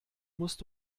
musst